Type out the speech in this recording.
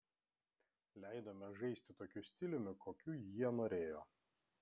leidome žaisti tokiu stiliumi kokiu jie norėjo